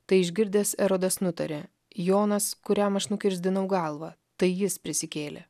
tai išgirdęs erodas nutarė jonas kuriam aš nukirsdinau galvą tai jis prisikėlė